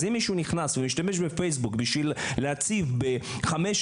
אז אם מישהו נכנס ומשתמש בפייסבוק בשביל להציף ב-10,000,